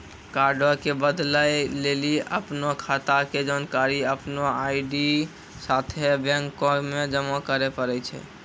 कार्डो के बदलै लेली अपनो खाता के जानकारी अपनो आई.डी साथे बैंको मे जमा करै पड़ै छै